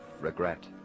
regret